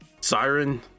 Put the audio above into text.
Siren